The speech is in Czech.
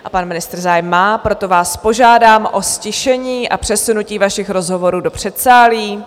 A pan ministr zájem má, proto vás požádám o ztišení a přesunutí vašich rozhovorů do předsálí!